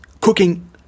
cooking